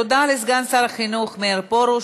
תודה לסגן שר החינוך מאיר פרוש.